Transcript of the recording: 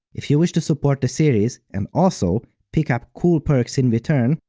if you wish to support the series and also pick up cool perks in return,